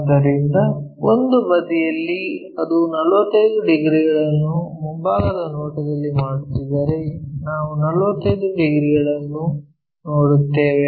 ಆದ್ದರಿಂದ ಒಂದು ಬದಿಯಲ್ಲಿ ಅದು 45 ಡಿಗ್ರಿಗಳನ್ನು ಮುಂಭಾಗದ ನೋಟದಲ್ಲಿ ಮಾಡುತ್ತಿದ್ದರೆ ನಾವು 45 ಡಿಗ್ರಿಗಳನ್ನು ನೋಡುತ್ತೇವೆ